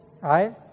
right